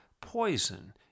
poison